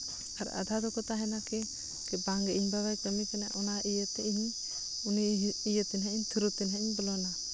ᱟᱨ ᱟᱫᱷᱟ ᱫᱚᱠᱚ ᱛᱟᱦᱮᱱᱟ ᱠᱤ ᱵᱟᱝᱜᱮ ᱤᱧ ᱵᱟᱵᱟᱭ ᱠᱟᱹᱢᱤ ᱠᱟᱱᱟ ᱚᱱᱟ ᱤᱭᱟᱹᱛᱮ ᱤᱧ ᱩᱱᱤ ᱤᱭᱟᱹᱛᱮ ᱛᱷᱨᱳ ᱛᱮ ᱦᱟᱸᱜ ᱤᱧ ᱵᱚᱞᱚᱱᱟ